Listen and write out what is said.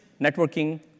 networking